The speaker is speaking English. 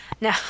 now